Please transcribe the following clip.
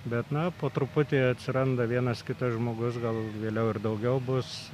bet na po truputį atsiranda vienas kitas žmogus gal vėliau ir daugiau bus